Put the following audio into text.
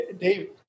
Dave